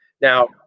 Now